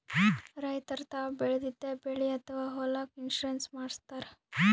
ರೈತರ್ ತಾವ್ ಬೆಳೆದಿದ್ದ ಬೆಳಿ ಅಥವಾ ಹೊಲಕ್ಕ್ ಇನ್ಶೂರೆನ್ಸ್ ಮಾಡಸ್ತಾರ್